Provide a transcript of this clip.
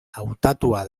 hautatua